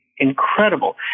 Incredible